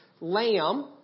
lamb